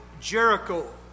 Jericho